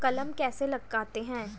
कलम कैसे लगाते हैं?